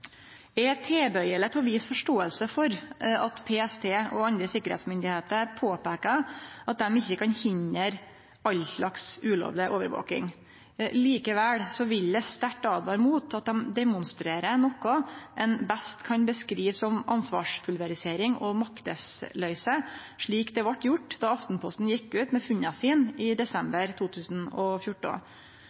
Eg er tilbøyeleg til å vise forståing for at PST og andre sikkerheitsmyndigheiter påpeikar at dei ikkje kan hindre all slags ulovleg overvaking. Likevel vil eg sterkt åtvare mot at dei demonstrerer noko ein best kan beskrive som ansvarspulverisering og maktesløyse, slik det vart gjort då Aftenposten gjekk ut med funna sine i desember 2014.